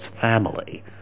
family